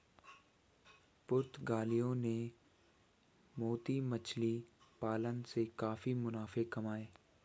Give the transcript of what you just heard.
पुर्तगालियों ने मोती मछली पालन से काफी मुनाफे कमाए